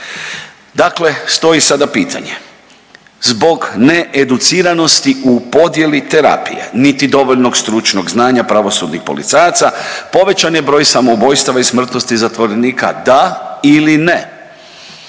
Dakle, stoji sada pitanje. Zbog needuciranosti u podjeli terapije, niti dovoljnog stručnog znanja pravosudnih policajaca poveća je broj samoubojstava i smrtnosti zatvorenika da ili ne?